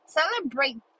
celebrate